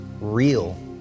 real